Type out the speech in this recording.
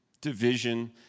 division